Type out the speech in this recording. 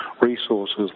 resources